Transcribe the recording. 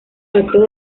actos